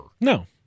No